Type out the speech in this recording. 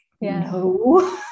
No